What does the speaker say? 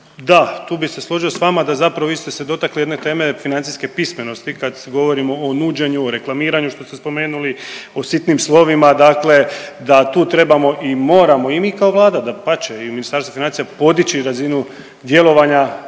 da, tu bi se složio s vama da zapravo vi ste se dotakli jedne teme financijske pismenosti kad govorimo o nuđenju, o reklamiranju što ste spomenuli, o sitnim slovima dakle da tu trebamo i moramo i mi kao vlada dapače i Ministarstvo financija podići razinu djelovanja